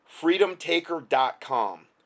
freedomtaker.com